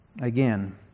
Again